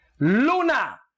Luna